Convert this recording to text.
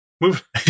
move